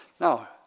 Now